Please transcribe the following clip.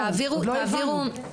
עוד לא הבנו.